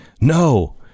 No